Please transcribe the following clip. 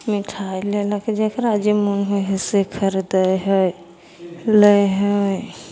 मिठाइ लेलक जकरा जे मोन होइ हइ से खरिदै हइ लै हइ